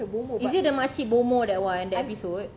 is it the makcik bomoh that [one] that episode